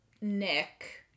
Nick